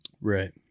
right